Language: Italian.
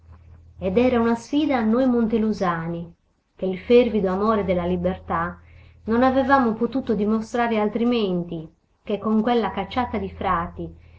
ed era una sfida a noi montelusani che il fervido amore della libertà non avevamo potuto dimostrare altrimenti che con quella cacciata di frati